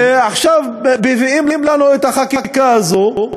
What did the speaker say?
ועכשיו מביאים לנו את החקיקה הזאת,